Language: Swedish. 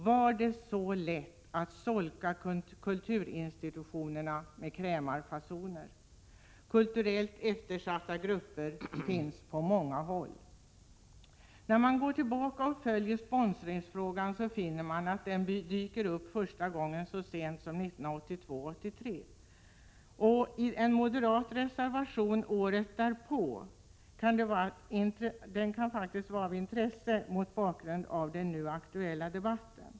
Var det så lätt att solka kulturinstitutionerna med Prot. 1986 83. En moderat motion från året därpå kan faktiskt vara av intresse mot bakgrund av den nu aktuella debatten.